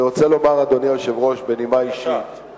אני רוצה לומר, אדוני היושב-ראש, בנימה אישית,